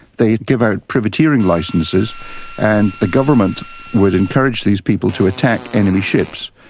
they give out privateering licences and the government would encourage these people to attack enemy ships.